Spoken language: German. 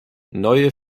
neue